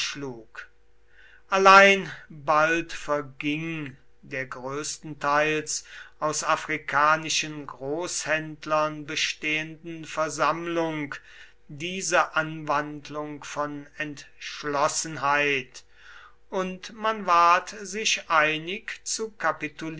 allein bald verging der größtenteils aus afrikanischen großhändlern bestehenden versammlung diese anwandlung von entschlossenheit und man ward sich einig zu